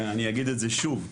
אני אגיד את זה שוב,